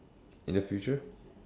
in the future